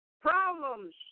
Problems